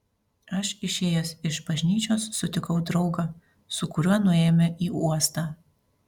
aš išėjęs iš bažnyčios sutikau draugą su kuriuo nuėjome į uostą